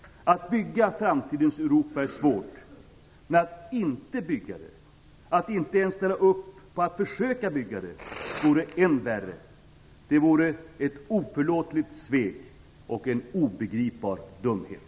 Att bygga framtidens Europa är svårt, men att inte bygga det - att inte ens ställa upp på att försöka bygga det - vore än värre. Det vore ett oförlåtligt svek och en obegripbar dumhet!